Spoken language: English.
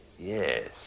Yes